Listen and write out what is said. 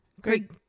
great